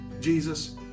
Jesus